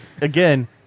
again